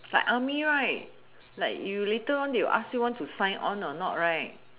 like army right like you later on they will ask you want to sign on or not right